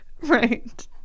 Right